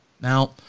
Now